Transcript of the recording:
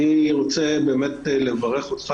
אני רוצה באמת לברך אותך,